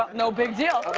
no big deal.